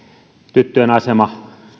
tyttöjen asema